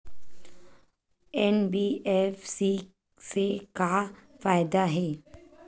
NBFC से का फ़ायदा हे?